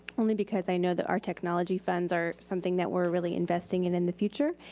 only because i know that our technology funds are something that we're really investing and in the future.